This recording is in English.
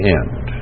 end